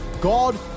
God